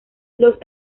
los